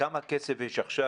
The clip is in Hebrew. כמה כסף יש עכשיו?